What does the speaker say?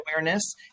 awareness